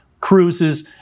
cruises